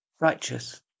righteous